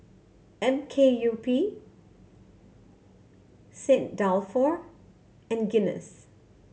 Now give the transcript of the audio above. M K U P Saint Dalfour and Guinness